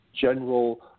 general